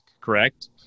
Correct